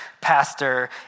pastor